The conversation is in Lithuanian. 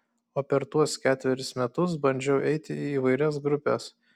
o per tuos ketverius metus bandžiau eiti į įvairias grupes